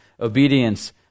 obedience